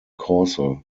causal